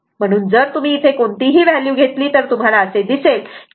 म्हणून जर तुम्ही इथे कोणतीही व्हॅल्यू घेतली तर तुम्हाला असे दिसेल की XL